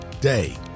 day